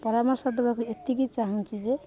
ପରାମର୍ଶ ଦେବାକୁ ଏତିକି ଚାହୁଁଛି ଯେ